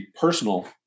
personal